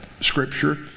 scripture